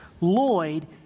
Lloyd